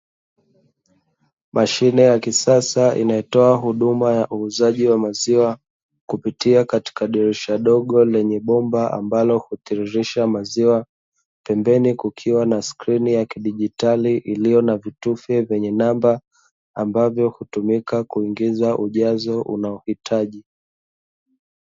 Mashine ya kisasa, inayotoa huduma ya uuzaji wa maziwa kupitia katika dirisha dogo lenye bomba ambalo hutiririsha maziwa, pembeni kukiwa na skrini ya kidigitali iliyo na vitufe vyenye namba ambavyo hutumika kuingiza ujazo unaohitaji.